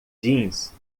jeans